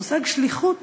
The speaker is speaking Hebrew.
המושג שליחות